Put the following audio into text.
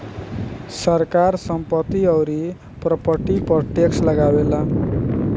सरकार संपत्ति अउरी प्रॉपर्टी पर टैक्स लगावेला